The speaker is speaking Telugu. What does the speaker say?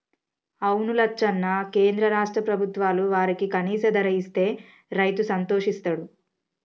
అవును లచ్చన్న కేంద్ర రాష్ట్ర ప్రభుత్వాలు వారికి కనీస ధర ఇస్తే రైతు సంతోషిస్తాడు